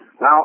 Now